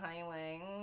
highway